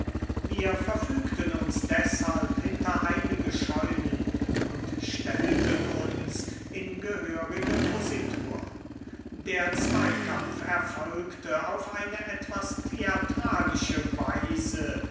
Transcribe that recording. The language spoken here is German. wir verfügten uns deshalb hinter einige scheunen und stellten uns in gehörige positur der zweikampf erfolgte auf eine etwas theatralische weise